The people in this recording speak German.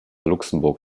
luxemburg